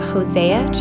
Hosea